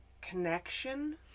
connection